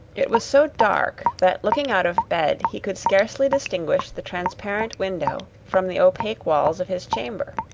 it was so dark, that looking out of bed, he could scarcely distinguish the transparent window from the opaque walls of his chamber.